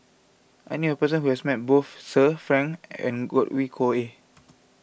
I knew a person who has met both Sir Frank and Godwin Koay